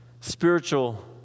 Spiritual